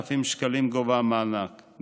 4,000 שקלים גובה המענק,